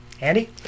Andy